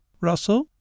Russell